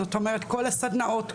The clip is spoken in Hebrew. זאת אומרת כל הסדנאות,